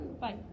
Bye